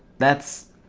that's